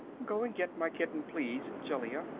go and get my kitten, please, jellia,